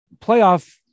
playoff